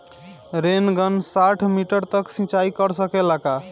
Rain gun साठ metre तक सिचाई कर सकेला का?